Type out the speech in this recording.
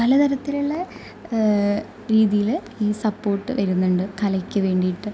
പലതരത്തിലുള്ള രീതിയില് ഈ സപ്പോർട്ട് വരുന്നുണ്ട് കലയ്ക്ക് വേണ്ടിയിട്ട്